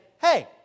Hey